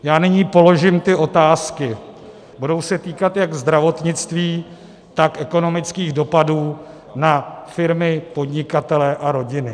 Já nyní položím ty otázky, budou se týkat jak zdravotnictví, tak ekonomických dopadů na firmy, podnikatele a rodiny.